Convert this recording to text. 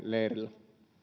leirillä